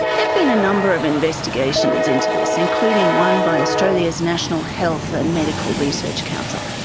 have been a number of investigations into this, including one by australia's national health and medical research council.